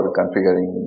configuring